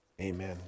amen